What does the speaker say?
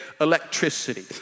Electricity